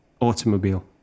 automobile